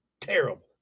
terrible